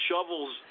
shovels